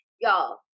Y'all